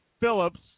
Phillips